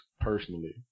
personally